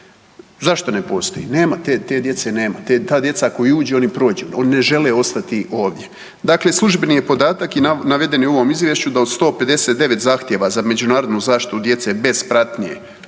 Zašto ne postoji? Nema, te djece nema. Ta djeca koja uđu oni prođu, oni ne žele ostati ovdje. Dakle, službeni je podatak i naveden u ovom izvješću da od 159 zahtjeva za međunarodnu zaštitu djece bez pratnje